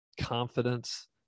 confidence